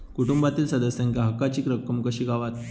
कुटुंबातील सदस्यांका हक्काची रक्कम कशी गावात?